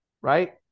right